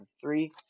three